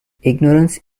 ignorance